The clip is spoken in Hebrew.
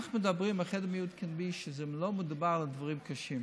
אנחנו מדברים על חדר מיון קדמי כשלא מדובר על דברים קשים,